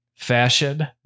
Fashion